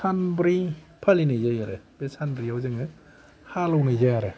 सानब्रै फालिनाय जायो आरो बे सानब्रैआव जोङो हालेवनाय जाया आरो